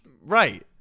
Right